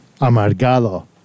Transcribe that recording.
Amargado